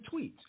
tweets